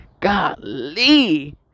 Golly